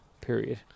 Period